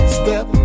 step